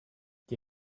die